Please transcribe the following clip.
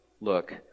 Look